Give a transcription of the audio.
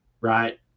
right